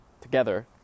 together